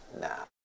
now